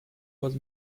was